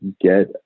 get